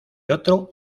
otro